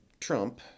Trump